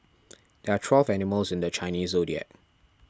there are twelve animals in the Chinese zodiac